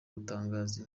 gutangaza